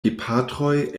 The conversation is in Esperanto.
gepatroj